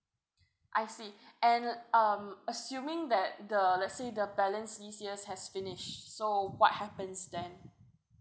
I see and um assuming that the let's say the balance lease years has finished so what happens then